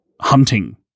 hunting